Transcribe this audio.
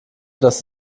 das